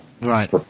right